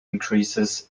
increases